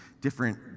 different